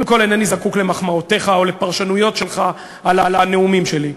קודם כול אינני זקוק למחמאותיך או לפרשנויות שלך על הנאומים שלי.